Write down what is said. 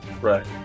Right